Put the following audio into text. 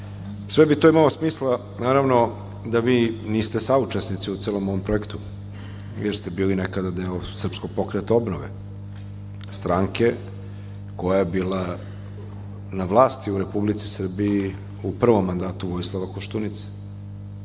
bi to imalo smisla naravno, da vi niste saučesnici u celom ovom projektu jer ste bili nekada deo SPO, stranke koja je bila na vlasti u Republici Srbiji u prvom mandatu Vojislava Koštunice,